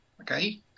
Okay